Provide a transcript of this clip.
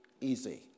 easy